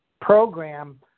program